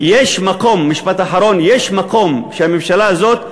ועל כן יש מקום, משפט אחרון, שהממשלה הזאת לפחות,